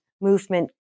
movement